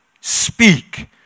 speak